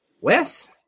Wes